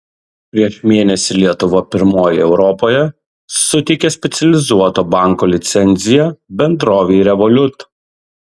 prieš mėnesį lietuva pirmoji europoje suteikė specializuoto banko licenciją bendrovei revolut